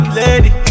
lady